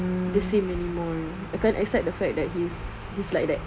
the same anymore I can't accept the fact that he's he's like that